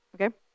okay